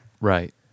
Right